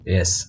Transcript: Yes